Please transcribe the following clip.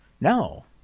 No